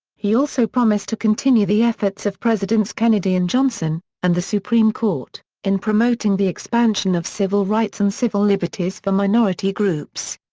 he also promised to continue the efforts of presidents kennedy and johnson, and the supreme court, in promoting the expansion of civil rights and civil liberties for minority groups.